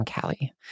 Callie